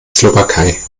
slowakei